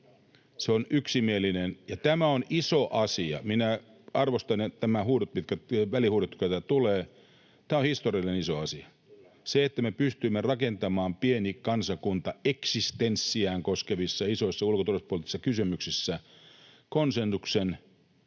Se on yksimielinen, ja tämä on iso asia. — Minä arvostan näitä välihuutoja, joita täältä tulee. Tämä on historiallisen iso asia. Se, että me pystymme rakentamaan, pieni kansakunta, eksistenssiään koskevissa isoissa ulko- ja turvallisuuspoliittisissa kysymyksissä konsensuksen,